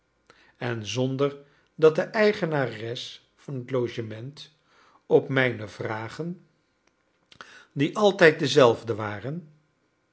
en zonder dat de eigenares van het logement op mijne vragen die altijd dezelfde waren